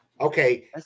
Okay